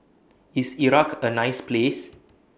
IS Iraq A nice Place